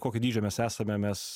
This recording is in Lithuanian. kokio dydžio mes esame mes